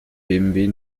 bmw